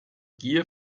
gier